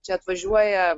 čia atvažiuoja